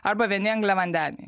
arba vieni angliavandeniai